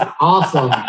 Awesome